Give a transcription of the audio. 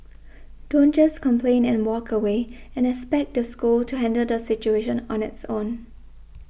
don't just complain and walk away and expect the school to handle the situation on its own